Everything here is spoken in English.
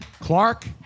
Clark